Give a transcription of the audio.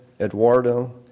Eduardo